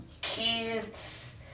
kids